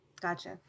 gotcha